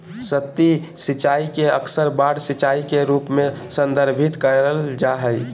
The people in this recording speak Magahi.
सतही सिंचाई के अक्सर बाढ़ सिंचाई के रूप में संदर्भित कइल जा हइ